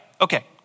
Okay